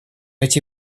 эти